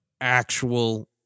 actual